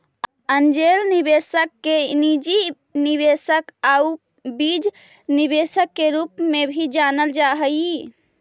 angel निवेशक के निजी निवेशक आउ बीज निवेशक के रूप में भी जानल जा हइ